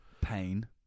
pain